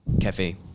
cafe